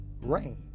rain